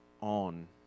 on